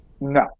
no